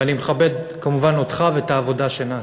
ואני מכבד כמובן אותך ואת העבודה שנעשתה,